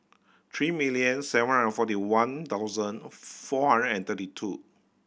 three million seven hundred forty one thousand four hundred and thirty two